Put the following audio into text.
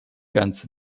ganz